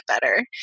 better